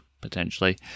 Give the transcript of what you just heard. potentially